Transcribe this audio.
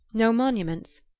no monuments.